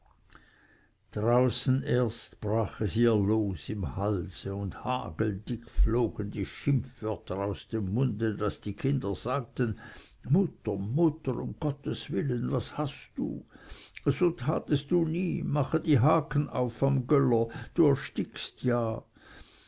draußen erst brach es ihr los im halse und hageldick flogen ihr die schimpfwörter aus dem munde daß die kinder sagten mutter mutter um gottes willen was hast du so tatest du nie mache die haken auf am göller du erstickst ja